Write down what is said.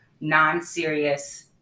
non-serious